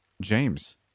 James